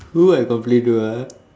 who I complain to ah